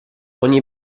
ogni